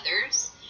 others